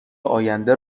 آینده